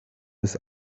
ist